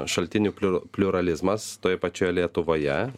šaltinių pliu pliuralizmas toje pačioje lietuvoje